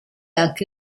anche